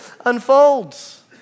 unfolds